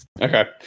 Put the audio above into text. okay